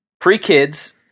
Pre-kids